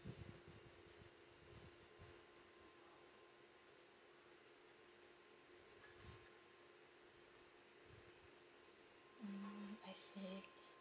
mm I see